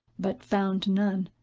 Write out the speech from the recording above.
but found none.